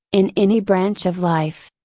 in any branch of life.